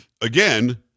again